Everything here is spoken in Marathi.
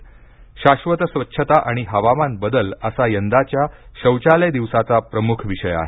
शाश्वत स्वच्छता आणि हवामान बदल असा यंदाच्या शौचालय दिवसाचा प्रमुख विषय आहे